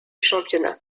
championnat